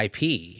IP